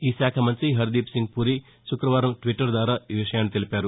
ఈ శాఖ మంతి హర్దీప్ సింగ్ పూరీ శుక్రవారం ట్విట్టర్ ద్వారా ఈ విషయాన్ని తెలిపారు